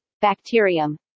bacterium